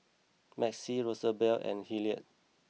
Maxie Rosabelle and Hillard